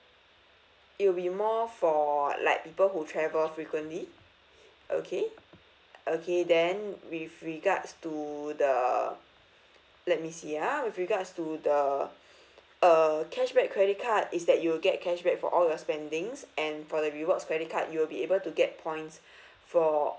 it will be more for like people who travel frequently okay okay then with regards to the let me see ah with regards to the uh cashback credit card is that you get cashback for all your spendings and for the rewards credit card you will be able to get points for